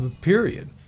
period